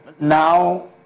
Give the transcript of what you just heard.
Now